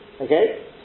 Okay